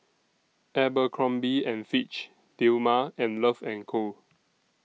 Abercrombie and Fitch Dilmah and Love and Co